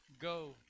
go